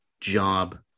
job